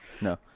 No